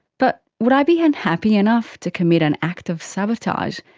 but would i be unhappy enough to commit an act of sabotage,